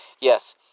Yes